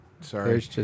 Sorry